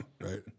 right